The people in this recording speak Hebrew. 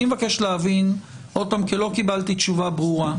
אני מבקש להבין עוד פעם כי לא קיבלתי תשובה ברורה.